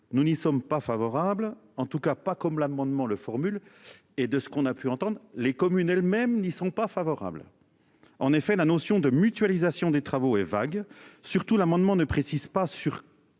nous n'y sommes pas favorables, en tout cas pas comme l'amendement le formule et de ce qu'on a pu entendre les communes elles-mêmes n'y sont pas favorables. En effet la notion de mutualisation des travaux et vague surtout l'amendement ne précise pas sûr